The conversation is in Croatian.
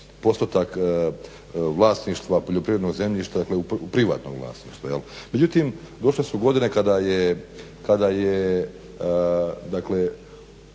postotak vlasništva poljoprivrednog zemljišta, dakle privatnog vlasništva, jel. Međutim, došle su godine kada je,